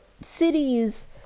cities